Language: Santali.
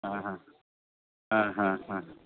ᱦᱮᱸ ᱦᱮᱸ ᱦᱮᱸ ᱦᱮᱸ ᱦᱮᱸ